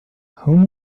whom